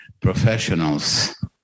professionals